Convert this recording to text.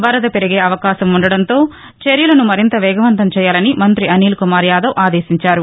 వరద పెరిగే అవకాశం ఉ ండడంతో చర్యలను మరింత వేగవంతం చేయాలని మంత్రి అనిల్ కుమార్ యాదవ్ ఆదేశించారు